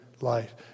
life